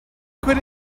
could